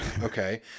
okay